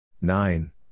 Nine